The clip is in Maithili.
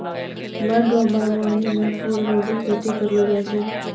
वन रो वागबानी मे फूल रो भी खेती करलो जाय छै